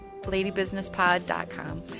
LadyBusinessPod.com